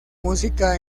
música